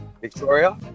Victoria